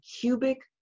cubic